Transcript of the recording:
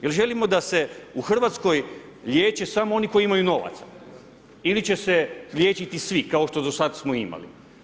Jer želimo da se u Hrvatskoj liječe samo oni koji imaju novaca ili će se liječiti svi, kao što do sad smo imali?